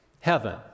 heaven